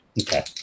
Okay